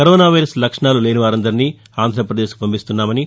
corona virus లక్షణాలు లేనివారందరిని ఆంధ్రాపదేశ్ కు పంపిస్తున్నామని